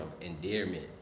endearment